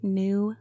new